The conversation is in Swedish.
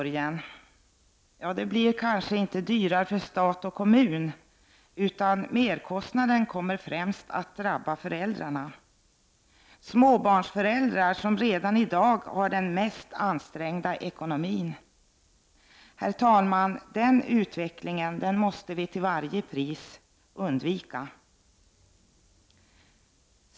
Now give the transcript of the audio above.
Det blir kanske inte dyrare för stat och kommun med en privatiserad barnomsorg, men merkostnaden kommer främst att drabba föräldrarna, dvs. småbarnsföräldrar som redan i dag har den mest ansträngda ekonomin. Herr talman! Den utvecklingen måste vi till varje pris undvika.